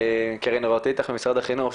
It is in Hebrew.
קרן רוט איטח ממשרד החינוך,